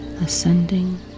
Ascending